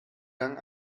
gang